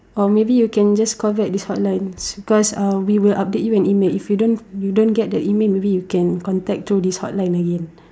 or maybe you can just call back this hotline because um we will update you an email if you don't you don't get that email maybe you can contact through this hotline again